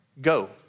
go